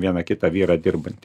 vieną kitą vyrą dirbantį